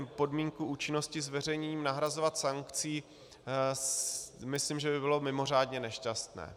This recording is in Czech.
Podmínku účinnosti zveřejněním nahrazovat sankcí myslím, že by bylo mimořádně nešťastné.